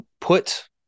put